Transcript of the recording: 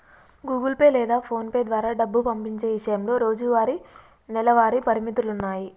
Google Pay లేదా PhonePe ద్వారా డబ్బు పంపించే ఇషయంలో రోజువారీ, నెలవారీ పరిమితులున్నాయి